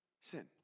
Sin